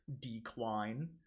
decline